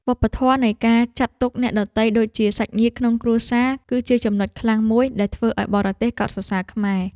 វប្បធម៌នៃការចាត់ទុកអ្នកដទៃដូចជាសាច់ញាតិក្នុងគ្រួសារ គឺជាចំណុចខ្លាំងមួយដែលធ្វើឱ្យបរទេសកោតសរសើរខ្មែរ។